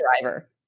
driver